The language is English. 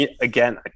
again